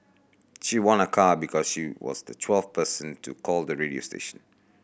she won a car because she was the twelfth person to call the radio station